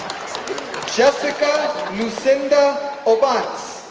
jessica lucinda o'bunse